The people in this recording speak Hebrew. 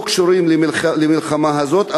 לא קשורים למלחמה הזאת,